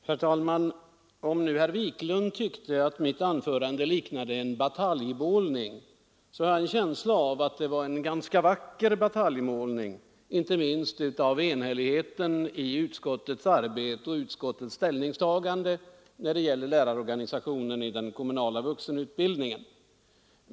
Herr talman! Om herr Wiklund tyckte att mitt anförande liknande en bataljmålning, så tror jag ändå att det var en ganska vacker bataljmålning, inte minst med hänsyn till enhälligheten i utskottets arbete och utskottets ställningstagande när det gäller lärarorganisationen i den kommunala vuxenutbildningen.